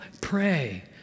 Pray